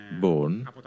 born